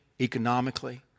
economically